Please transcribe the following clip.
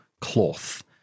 cloth